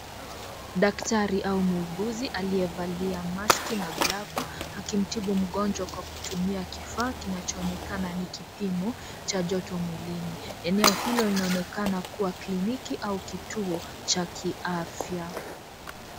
Daktari au muuguzi aliyevalia masiki au glafu akimtibu mgonjwa akitumia kifaa kinachoonekana ni kipimo cha joto mwilini eneo hili linaonekana kuwa kiliniki au kituo cha kiafya.